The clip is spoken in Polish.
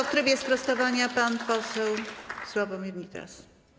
W trybie sprostowania pan poseł Sławomir Nitras.